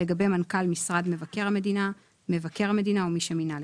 לגבי מנכ"ל משרד מבקר המדינה מבקר המדינה או מי שמינה לכך.